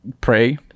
pray